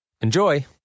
Enjoy